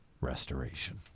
restoration